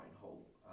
hope